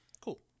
Cool